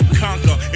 conquer